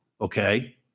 okay